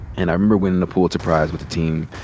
and i remember winning the pulitzer prize with the team.